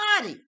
body